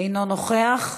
אינו נוכח.